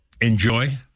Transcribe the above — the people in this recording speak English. Enjoy